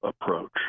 approach